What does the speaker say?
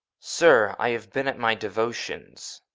sir, i have been at my devotions.